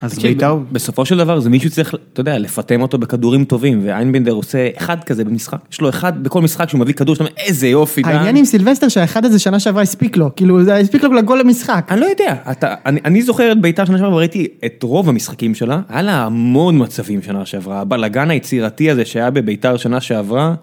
בסופו של דבר זה מישהו צריך לפתם אותו בכדורים טובים ואיינבינדר עושה אחד כזה במשחק. יש לו אחד בכל משחק שהוא מביא כדור שאתה אומר ״איזה יופי!״ העניין עם סילבסטר שהאחד הזה שנה שעברה הספיק לו. כאילו זה הספיק לו לכל המשחק. אני לא יודע, אני זוכר את בית״ר שנה שעברה וראיתי את רוב המשחקים שלה, היה לה המון מצבים שנה שעברה הבלאגן היצירתי הזה שהיה בבית״ר שנה שעברה..